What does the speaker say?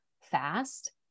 fast